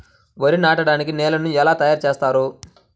వరి నాటడానికి నేలను ఎలా తయారు చేస్తారు?